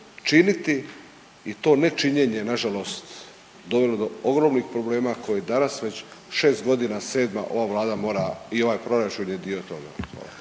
činiti i to ne činjene nažalost dovelo do ogromnih problema koje danas već šest godina, sedma ova Vlada mora i ovaj proračun je dio toga?